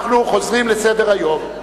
אנחנו חוזרים לסדר-היום.